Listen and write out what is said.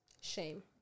Shame